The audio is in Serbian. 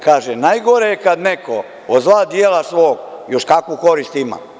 Kaže – najgore je kad neko od zla djela svog još kakvu korist ima.